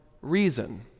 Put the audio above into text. reason